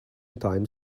time